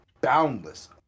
boundless